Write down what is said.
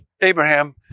Abraham